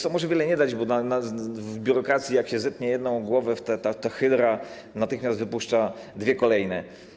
To może wiele nie dać, bo w biurokracji jak się zetnie jedną głowę, to hydra natychmiast wypuszcza dwie kolejne.